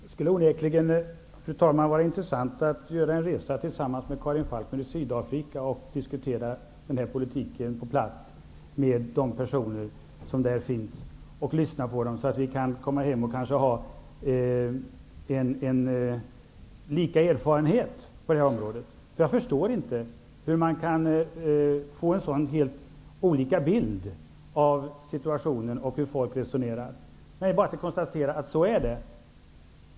Fru talman! Det skulle onekligen vara intressant att göra en resa i Sydafrika tillsammans med Karin Falkmer och diskutera den här politiken på plats och lyssna på olika åsikter. Därefter skulle vi komma hem och kanske kunna ha samma erfarenhet på det här området. Jag förstår inte hur man kan få så olika bilder av situationen och av hur folk resonerar, men det är bara att konstatera att det är så.